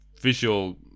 visual